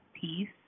Peace